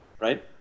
right